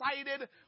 excited